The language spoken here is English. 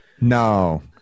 No